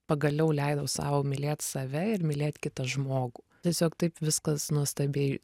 pagaliau leidau sau mylėt save ir mylėt kitą žmogų tiesiog taip viskas nuostabiai